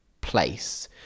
place